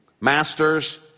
Masters